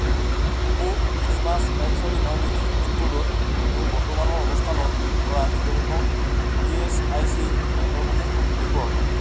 মোক তিনি পাঁচ এক চাৰি ন তিনি পিনক'ডত মোৰ বৰ্তমানৰ অৱস্থানৰ পৰা নিকটতম ই এচ আই চি কেন্দ্ৰসমূহ দেখুৱাওক